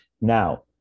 now